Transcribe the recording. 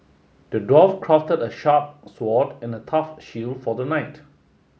the dwarf crafted a sharp sword and a tough shield for the knight